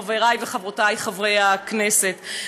חברי וחברותי חברי הכנסת,